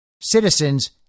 citizens